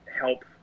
help